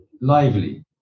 lively